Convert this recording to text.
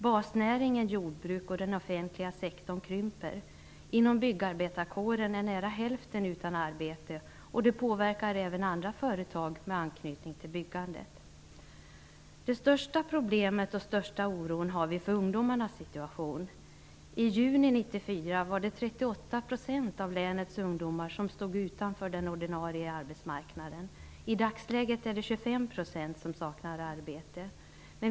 Basnäringen jordbruket och den offentliga sektorn krymper. Inom byggarbetarkåren är nära hälften utan arbete, och det påverkar även andra företag med anknytning till byggandet. Det största problemet och den största oron har vi för ungdomarnas situation. I juni 1994 var det 38 % av länets ungdomar som stod utanför den ordinarie arbetsmarknaden. I dagsläget är det 25 % av ungdomarna som saknar arbete.